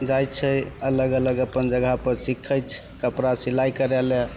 जाइ छै अलग अलग अप्पन जगहपर सिखै छै कपड़ा सिलाइ करै ले